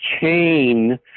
chain